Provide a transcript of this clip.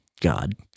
God